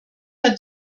hat